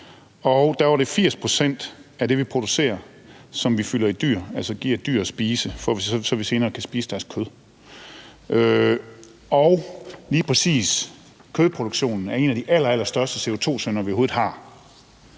det var 80 pct. af det, vi producerer, som vi fylder i dyr – altså giver dyr at spise, så vi senere kan spise deres kød. Og lige præcis kødproduktionen er en af de allerallerstørste CO₂-syndere, vi overhovedet har.